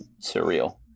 surreal